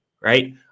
right